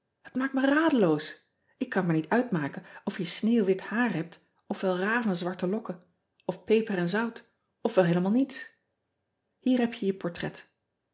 et maakt me radeloos k kan maar niet uitmaken of je sneeuwwit haar hebt of wel ravenzwarte lokken of peper-en-zout of wel heelemaal niets ier hebt je je portret